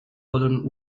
wollen